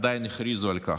כבר הכריזו על כך.